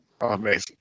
Amazing